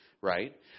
right